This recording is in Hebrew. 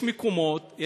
יש מקומות,